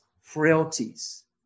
frailties